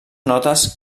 notes